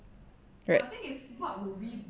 right